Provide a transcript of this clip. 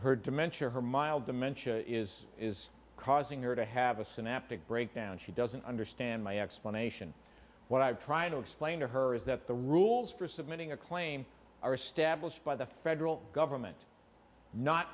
her dementia her mild dementia is is causing her to have a synaptic breakdown she doesn't understand my explanation what i've tried to explain to her is that the rules for submitting a claim are established by the federal government not